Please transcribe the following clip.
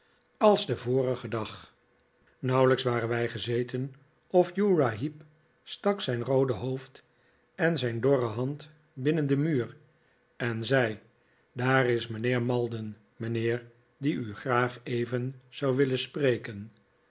als den vorigen dag nauwelijks waren wij gezeten of uriah heep stak zijn roode hoofd en zijn dorre hand binnen de deur en zei daar is mijnheer